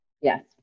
Yes